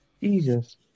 Jesus